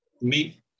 meet